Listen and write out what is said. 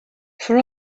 for